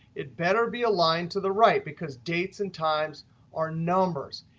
it better be aligned to the right because dates and times are numbers.